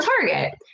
target